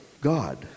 god